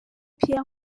pierre